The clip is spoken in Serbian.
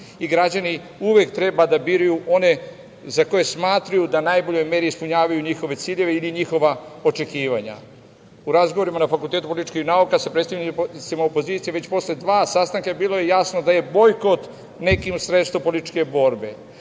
Građani uvek treba da biraju one za koje smatraju da u najboljoj meri ispunjavaju njihove ciljeve ili njihova očekivanja.U razgovorima na Fakultetu političkih nauka sa predstavnicima opozicije već posle dva sastanka bilo je jasno da je bojkot nekima sredstvo političke borbe.